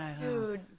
Dude